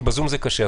כי בזום זה קשה.